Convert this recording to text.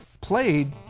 played